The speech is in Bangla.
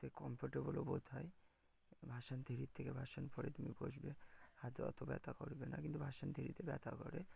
তো কমফর্টেবলও বোধ হয় ভার্সন থ্রির থেকে ভার্সন ফোরে তুমি বসবে হাতে অতো ব্যথা করবে না কিন্তু ভার্সন থ্রিতে ব্যথা করে